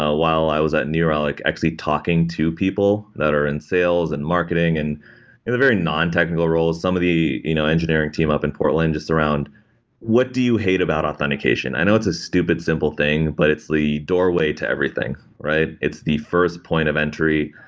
ah while i was at new relic actually talking to people that are in sales and marketing and in a very non-technical role, some of the you know engineering team up in portland just around what do you hate about authentication. i know it's a stupid, simple thing, but it's the doorway to everything. it's the first point of entry.